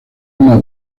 una